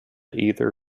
either